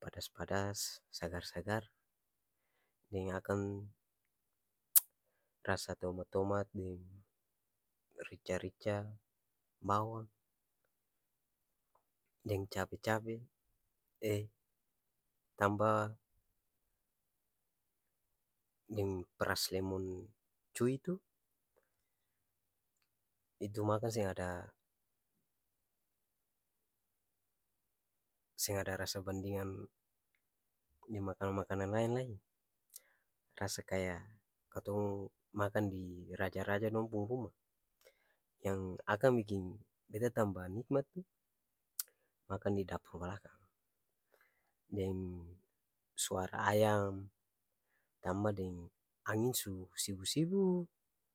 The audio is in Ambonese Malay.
padas-padas sagar-sagar deng akang rasa tomat-tomat deng rica-rica bawang, deng cabe-cab tamba deng pras lemon cui tu itu makan seng ada seng-ada rasa bandingan deng makanang-makanan laeng lai rasa kaya katong makan di raja-raja dong pung ruma yang akang biking beta nikmat ni makan di dapur balakang deng suara ayam, tamba deng anging su sibu-sibu.